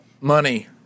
money